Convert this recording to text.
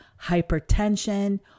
hypertension